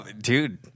Dude